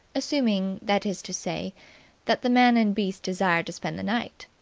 assuming that is to say that the man and beast desire to spend the night.